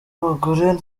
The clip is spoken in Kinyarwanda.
abagore